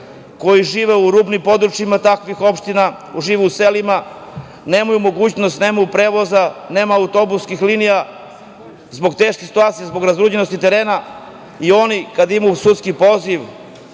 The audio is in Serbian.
koji žive u rubnim područjima takvih opština, žive u selima, nemaju mogućnost, nemaju prevoz, nema autobuskih linija zbog razuđenosti terena i kada oni imaju sudski poziv